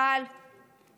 זיכרונו לברכה,